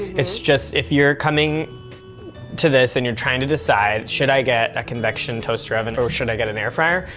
it's just, if you're coming to this and you're trying to decide, should i get a convection toaster oven or should i get an air fryer,